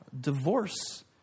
divorce